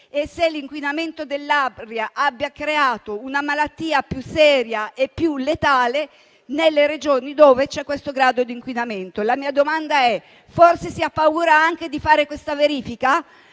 e se l'inquinamento dell'aria abbia creato una malattia più seria e più letale nelle Regioni dove c'è questo grado di inquinamento. La mia domanda è: forse si ha paura anche di fare questa verifica?